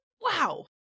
Wow